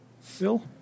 Phil